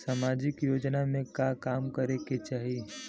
सामाजिक योजना में का काम करे के चाही?